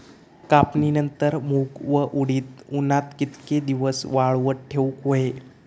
कापणीनंतर मूग व उडीद उन्हात कितके दिवस वाळवत ठेवूक व्हये?